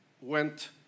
went